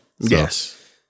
yes